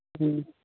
ꯎꯝ